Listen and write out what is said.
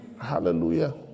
Hallelujah